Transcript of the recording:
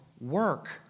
work